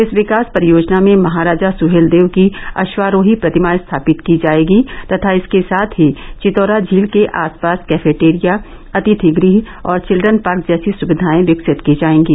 इस विकास परियोजना में महाराजा सहेलदेव की अश्वारोही प्रतिमा स्थापित की जाएगी तथा इसके साथ ही चितौरा झील के आस पास कैफेटेरिया अतिथि गृह और चिल्ड्रन पार्क जैसी सुविधाएं विकसित की जाएंगी